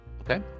Okay